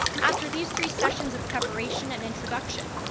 after these three sessions of preparation and introduction,